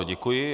Děkuji.